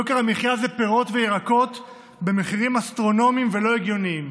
יוקר המחיה זה פירות וירקות במחירים אסטרונומיים ולא הגיוניים,